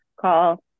call